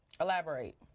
Elaborate